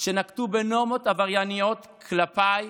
שנקטו נורמות עברייניות כלפיי